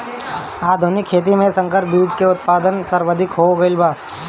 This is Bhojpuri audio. आधुनिक खेती में संकर बीज के उत्पादन सर्वाधिक हो गईल बा